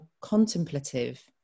contemplative